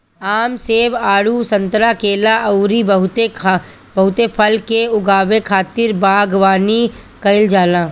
आम, सेब, आडू, संतरा, केला अउरी बहुते फल के उगावे खातिर बगवानी कईल जाला